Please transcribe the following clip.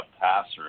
passer